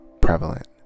prevalent